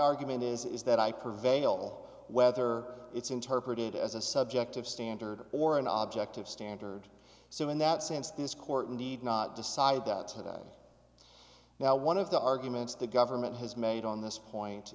argument is is that i prevail whether it's interpreted as a subjective standard or an object of standard so in that sense this court need not decide that now one of the arguments the government has made on this point